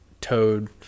Toad